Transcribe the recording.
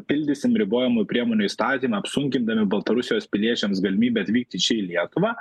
pildysim ribojamųjų priemonių įstatymą apsunkindami baltarusijos piliečiams galimybę atvykti čia į lietuvą